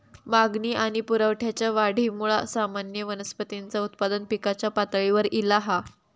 मागणी आणि पुरवठ्याच्या वाढीमुळा सामान्य वनस्पतींचा उत्पादन पिकाच्या पातळीवर ईला हा